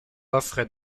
offre